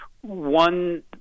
One